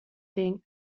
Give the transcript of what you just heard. thing